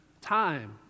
time